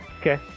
Okay